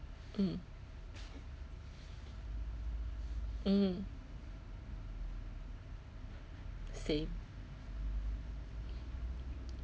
mm mm save